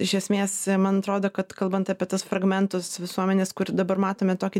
iš esmės man atrodo kad kalbant apie tuos fragmentus visuomenės kur dabar matome tokį